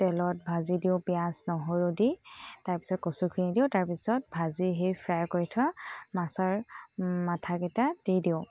তেলত ভাজি দিওঁ পিঁয়াজ নহৰু দি তাৰপিছত কচুখিনি দিওঁ তাৰপিছত ভাজি সেই ফ্ৰাই কৰি থোৱা মাছৰ মাথাকিটা দি দিওঁ